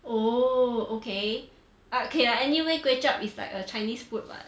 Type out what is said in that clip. oh okay ah okay lah anyway kway chap is like a chinese food [what]